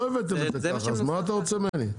לא הבאתם את זה ככה, מה אתה רוצה ממני?